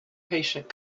patient